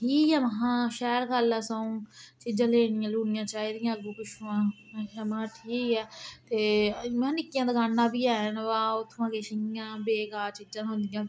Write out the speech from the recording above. ठीक ऐ महां शैल गल्ल ऐ सवुं चीजां लैनियां लूनियां चाहिदियां अग्गुं पिच्छुंआ महां ठीक ऐ ते महां निक्कियां दकानां बी हैन बा उत्थुंआं किश इयां बेकार चीजां थ्होंदियां